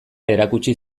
erakutsi